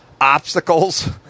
obstacles